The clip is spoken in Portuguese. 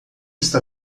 está